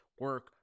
Work